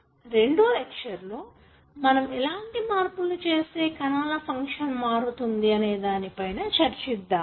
రెండో లెక్చర్ లో మనం ఎలాంటి మార్పులు చేస్తే కణాల ఫంక్షన్ మారుతుంది అనే దాని పైన చర్చిద్దాము